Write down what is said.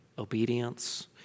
obedience